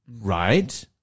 right